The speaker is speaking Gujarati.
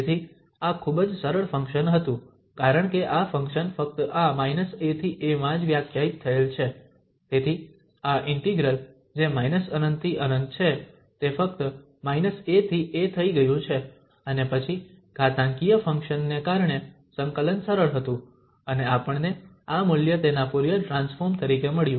તેથી આ ખૂબ જ સરળ ફંક્શન હતું કારણ કે આ ફંક્શન ફક્ત આ −a થી a માં જ વ્યાખ્યાયિત થયેલ છે તેથી આ ઇન્ટિગ્રલ જે −∞ થી ∞ છે તે ફક્ત −a થી a થઈ ગયું છે અને પછી ઘાતાંકીય ફંક્શન ને કારણે સંકલન સરળ હતું અને આપણને આ મૂલ્ય તેના ફુરીયર ટ્રાન્સફોર્મ તરીકે મળ્યું